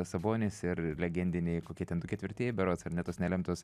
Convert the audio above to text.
sabonis ir legendiniai kokie ten du ketvirtieji berods ar ne tos nelemtos